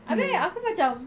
abeh aku macam